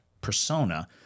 persona